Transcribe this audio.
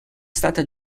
stata